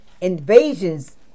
invasions